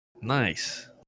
Nice